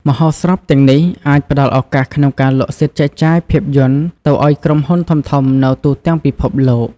មហោស្រពទាំងនេះ អាចផ្តល់ឱកាសក្នុងការលក់សិទ្ធិចែកចាយភាពយន្តទៅឲ្យក្រុមហ៊ុនធំៗនៅទូទាំងពិភពលោក។